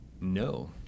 No